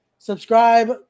Subscribe